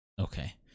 Okay